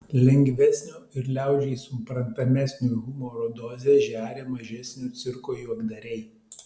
lengvesnio ir liaudžiai suprantamesnio humoro dozę žeria mažesnio cirko juokdariai